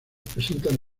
presentan